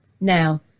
Now